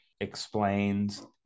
explains